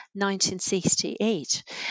1968